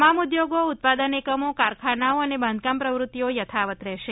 તમામ ઉદ્યોગો ઉત્પાદન એકમો કારખાનાઓ અને બાંધકામ પ્રવૃત્તિઓ યથાવત યાલુ રહેશે